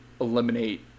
eliminate